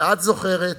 ואת זוכרת